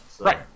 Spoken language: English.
right